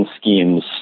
schemes